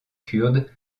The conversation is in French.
kurde